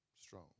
Strong